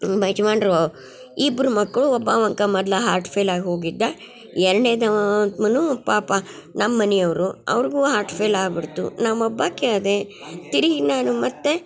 ನಮ್ಮ ಯಜಮಾನರು ಇಬ್ಬರು ಮಕ್ಕಳು ಒಬ್ಬವಾಕ ಮೊದ್ಲು ಹಾರ್ಟ್ ಫೇಲಾಗ್ ಹೋಗಿದ್ದ ಎರಡ್ನೇದವ ಮನು ಪಾಪ ನಮ್ಮನಿಯವರು ಅವ್ರ್ಗು ಹಾರ್ಟ್ ಫೇಲ್ ಆಗ್ಬಿಡ್ತು ನಾ ಒಬ್ಬಾಕಿ ಆದೆ ತಿರ್ಗಿ ನಾನು ಮತ್ತೆ